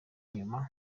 nyuma